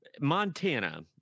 Montana